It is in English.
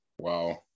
Wow